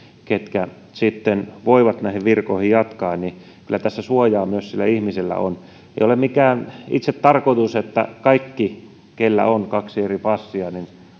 ketkä sitten voivat näihin virkoihin jatkaa niin kyllä tässä suojaa myös sillä ihmisellä on ei ole mikään itsetarkoitus että kaikki joilla on kaksi eri passia